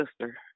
sister